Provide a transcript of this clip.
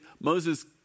Moses